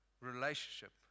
relationship